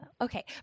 okay